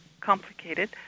complicated